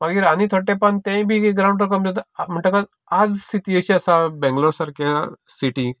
मागीर आनी थोडे तेंपान तेंय बी एक रावंड ओफ म्हणटकच आज स्थिती कशी आसा बेंगलोर सारक्या सिटींत